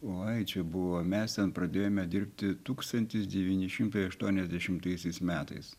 oi čia buvo mes ten pradėjome dirbti tūkstantis devyni šimtai aštuoniasdešimtaisiais metais